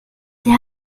der